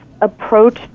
approach